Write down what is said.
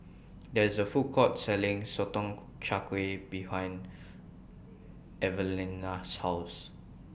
There IS A Food Court Selling Sotong Char Kway behind Evalena's House